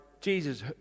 Jesus